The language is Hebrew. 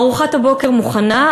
ארוחת הבוקר מוכנה,